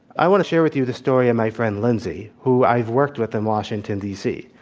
i want to share with you the story of my friend lindsay, who i've worked with in washington, d. c.